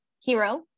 Hero